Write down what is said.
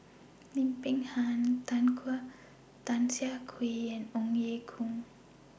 Lim Peng Han Tan Siah Kwee and Ong Ye Kung